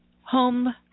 home